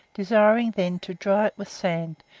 desiring them to dry it with sand,